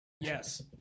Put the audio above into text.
Yes